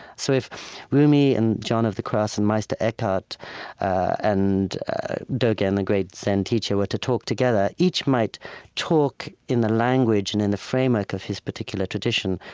so if rumi and john of the cross and meister eckhart and dogen, the great zen teacher, were to talk together, each might talk in the language and in the framework of his particular tradition,